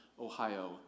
Ohio